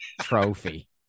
trophy